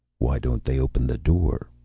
why don't they open the door?